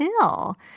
hill